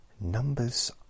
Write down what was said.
Numbers